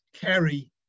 carry